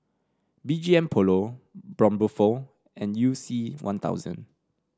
B G M Polo Braun Buffel and You C One Thousand